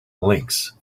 links